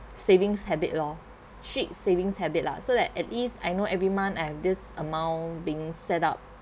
savings habit lor cheap savings habit lah so that at least I know every month and this amount being set up